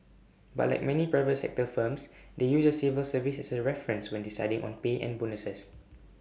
but like many private sector firms they use the civil service as A reference when deciding on pay and bonuses